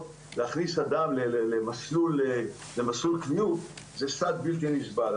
להכניס אדם למסלול קביעות זה סד בלתי נסבל.